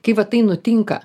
kai va tai nutinka